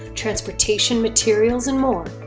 transportation, materials, and more.